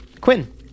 Quinn